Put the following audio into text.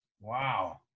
wow